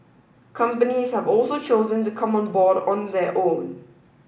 companies have also chosen to come on board on their own